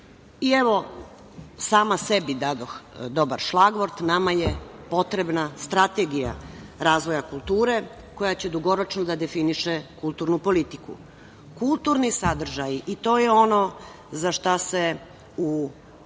neguje. Sama sebi dadoh dobar šlagvort, nama je potrebna strategija razvoja kulture koja će dugoročno da definiše kulturnu politiku. Kulturni sadržaji, i to je ono za šta se u